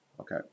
Okay